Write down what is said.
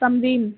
Simran